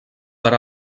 per